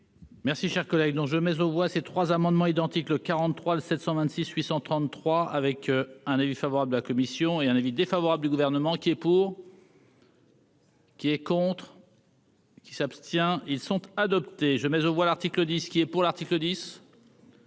Merci, chers collègue dont je mais on voit ces trois amendements identiques le 43 726 833 avec un avis favorable de la commission et un avis défavorable du gouvernement qui est pour. Qui est contre. Qui s'abstient ils sont adoptés je mais aux voix, l'article 10 ce qui est pour l'article 10.